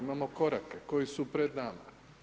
Imamo korake koji su pred nama.